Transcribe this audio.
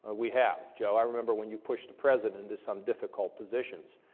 ah we have, joe. i remember when you pushed the president into some difficult positions.